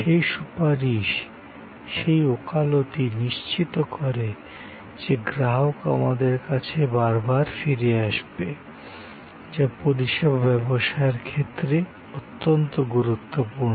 সেই সুপারিশ সেই ওকালতি নিশ্চিত করে যে গ্রাহক আমাদের কাছে বার বার ফিরে আসবে যা পরিষেবা ব্যবসায়ের ক্ষেত্রে অত্যন্ত গুরুত্বপূর্ণ